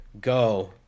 go